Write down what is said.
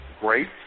great